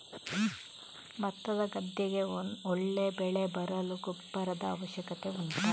ಭತ್ತದ ಗದ್ದೆಗೆ ಒಳ್ಳೆ ಬೆಳೆ ಬರಲು ಗೊಬ್ಬರದ ಅವಶ್ಯಕತೆ ಉಂಟಾ